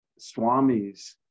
swamis